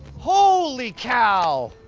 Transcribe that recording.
holy cow.